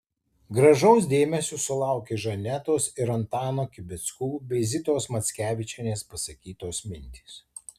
gražaus dėmesio sulaukė žanetos ir antano kibickų bei zitos mackevičienės pasakytos mintys